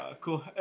Cool